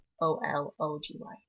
O-L-O-G-Y